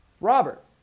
Robert